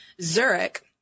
Zurich